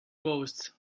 roast